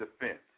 defense